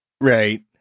Right